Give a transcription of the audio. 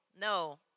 No